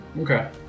Okay